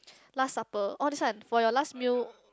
last supper oh this one for your last meal